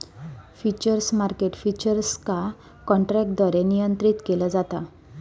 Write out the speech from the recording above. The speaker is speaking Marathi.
फ्युचर्स मार्केट फ्युचर्स का काँट्रॅकद्वारे नियंत्रीत केला जाता